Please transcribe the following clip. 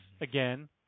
again